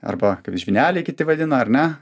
arba žvyneliai kiti vadina ar ne